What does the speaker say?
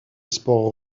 sport